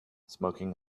smoking